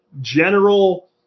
general